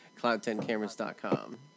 cloud10cameras.com